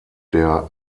der